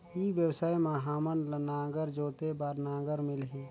ई व्यवसाय मां हामन ला नागर जोते बार नागर मिलही?